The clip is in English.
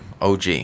OG